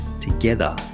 Together